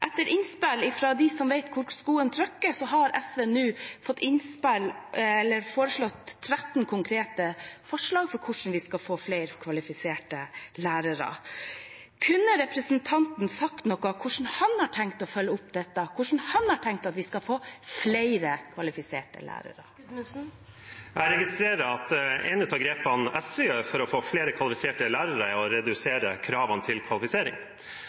Etter innspill fra dem som vet hvor skoen trykker, har SV lagt fram 13 konkrete forslag til hvordan vi skal få flere kvalifiserte lærere. Kunne representanten si noe om hvordan han har tenkt å følge opp dette, hvordan han har tenkt at vi skal få flere kvalifiserte lærere? Jeg registrerer at et av grepene SV tar for å få flere kvalifiserte lærere, er å redusere kravene til kvalifisering.